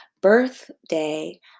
birthday